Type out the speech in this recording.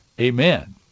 Amen